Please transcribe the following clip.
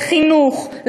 לחינוך,